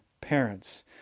parents